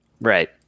Right